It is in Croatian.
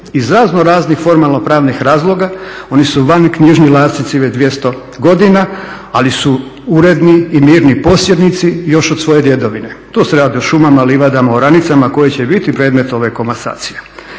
iz raznoraznih formalno pravnih razloga oni su vanknjižni vlasnici već 200 godina, ali su uredni i mirni posjednici još od svoje djedovine. Tu se radi o šumama, livadama, oranicama koje će biti predmet ove komasacije.